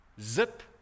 zip